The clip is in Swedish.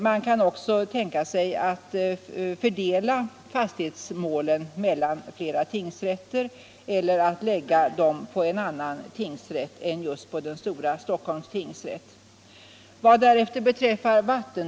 Man kan fördela fastighetsmålen mellan flera tingsrätter eller lägga dem på en annan tingsrätt än just den stora Stockholms tingsrätt.